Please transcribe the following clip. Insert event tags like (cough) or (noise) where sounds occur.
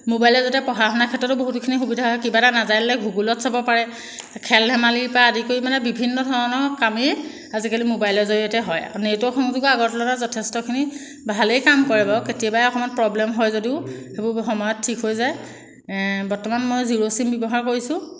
মোবাইলৰ জৰিয়তে পঢ়া শুনাৰ ক্ষেত্ৰতো বহুতখিনি সুবিধা হয় কিবা এটা নাজানিলে গুগুলত চাব পাৰে খেল ধেমালিৰপৰা আদি কৰি মানে বিভিন্ন ধৰণৰ কামেই আজিকালি মোবাইলৰ জৰিয়তে হয় (unintelligible) আকৌ নেটৰ সংযোগত আগৰ তুলনাত যথেষ্টখিনি ভালেই কাম কৰে বাৰু কেতিয়াবাহে অকণমান প্ৰবলেম হয় যদিও সেইবোৰ সময়ত ঠিক হৈ যায় বৰ্তমান মই জিৰ' চিম ব্যৱহাৰ কৰিছোঁ